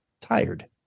tired